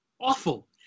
awful